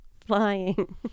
flying